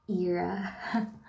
era